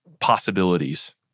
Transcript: possibilities